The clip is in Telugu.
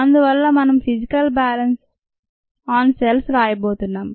అందువల్ల మనం ఫిసికల్ బ్యాలెన్స్ ఆన్ సెల్స్ రాయబోతున్నాము